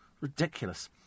ridiculous